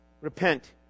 Repent